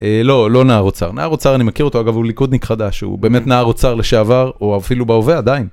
לא לא נער אוצר נער אוצר אני מכיר אותו אגב הוא ליכודניק חדש הוא באמת נער אוצר לשעבר או אפילו בהווה עדיין.